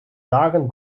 dagen